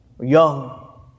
Young